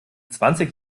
zwanzig